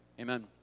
amen